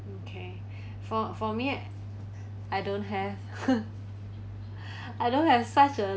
okay for for me I don't have I don't have such a